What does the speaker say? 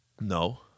No